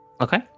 Okay